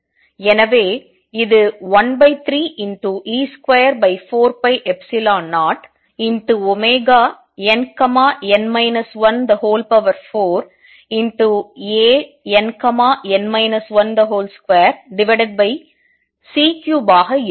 எனவே இது 13e24π0nn 14Ann 12c3 ஆக இருக்கும்